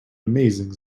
amazing